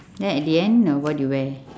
then at the end what you wear